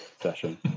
session